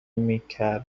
میکر